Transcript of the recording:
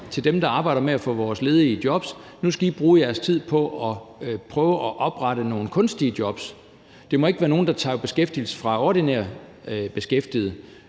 til dem, der arbejder med at få vores ledige i job: Nu skal I bruge jeres tid på at prøve at oprette nogle kunstige jobs; det må ikke være nogle, der tager beskæftigelse fra ordinært beskæftigede,